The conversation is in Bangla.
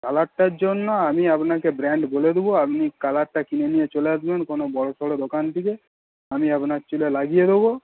কালারটার জন্য আমি আপনাকে ব্র্যান্ড বলে দেবো আপনি কালারটা কিনে নিয়ে চলে আসবেন কোনো বড়সড় দোকান থেকে আমি আপনার চুলে লাগিয়ে দেবো